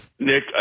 Nick